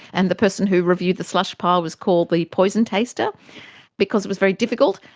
and the person who reviewed the slush pile was called the poison taster because it was very difficult.